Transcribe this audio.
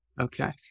Okay